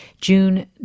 June